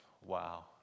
Wow